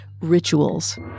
rituals